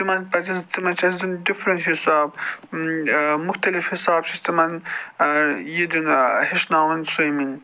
تِمن پَزِ تِمن چھُ اَسہِ دیُن ڈِفرَنٹ حِساب مُختَلِف حِساب چھُ اَسہِ تِمَن یہِ دیُن ہیٚچھناوُن سِوِمِنٛگ